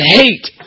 hate